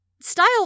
style